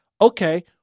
okay